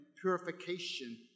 purification